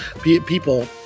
people